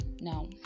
now